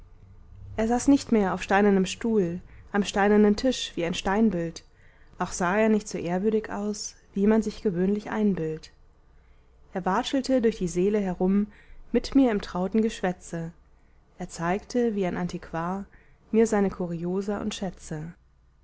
er saß nicht mehr auf steinernem stuhl am steinernen tisch wie ein steinbild auch sah er nicht so ehrwürdig aus wie man sich gewöhnlich einbildt er watschelte durch die säle herum mit mir im trauten geschwätze er zeigte wie ein antiquar mir seine kuriosa und schätze